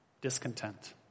discontent